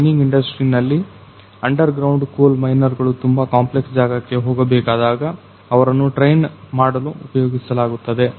mining industry ನಲ್ಲಿ underground coal miner ಗಳು ತುಂಬಾ ಕಾಂಪ್ಲೆಕ್ಸ್ ಜಾಗಕ್ಕೆ ಹೋಗಬೇಕಾದಾಗ ಅವರನ್ನ ಟ್ರೈನ್ ಮಾಡಲು ಉಪಯೋಗಿಸಲಾಗುತ್ತದೆ